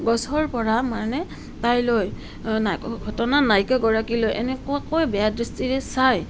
গছৰ পৰা মানে তাইলৈ ঘটনা নায়িকা গৰাকীলৈ এনেকুৱাকৈ বেয়া দৃষ্টিৰে চায়